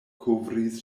kovris